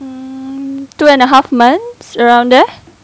mm two and a half months around there